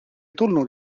tulnud